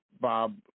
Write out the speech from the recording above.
Bob